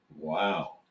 Wow